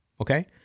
Okay